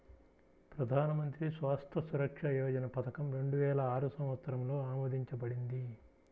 ప్రధాన్ మంత్రి స్వాస్థ్య సురక్ష యోజన పథకం రెండు వేల ఆరు సంవత్సరంలో ఆమోదించబడింది